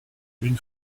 une